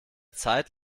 zeit